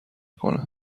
کنه